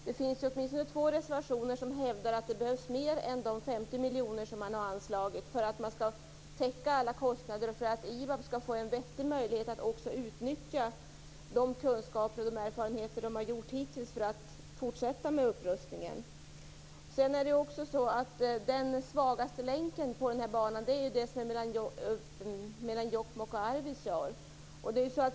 Det finns åtminstone två reservationer där man hävdar att det behövs mer än de 50 miljoner kronor som har anslagits för att täcka alla kostnader och för att IBAB skall få en vettig möjlighet att också utnyttja de kunskaper och erfarenheter som de hittills har för att fortsätta med upprustningen. Den svagaste länken på banan är delen mellan Jokkmokk och Arvidsjaur.